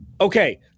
Okay